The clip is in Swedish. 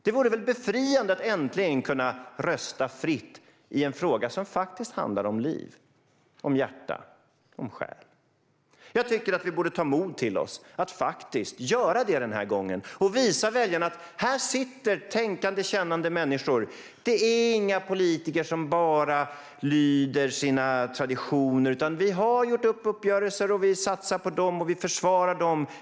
Det vore väl befriande att äntligen kunna rösta fritt i en fråga som handlar om liv, hjärta och själ? Vi borde ta mod till oss och göra det den här gången och visa väljarna: Här sitter tänkande, kännande människor. Det är inte politiker som bara lyder sina traditioner. Vi har gjort uppgörelser. Vi satsar på dem, och vi försvarar dem.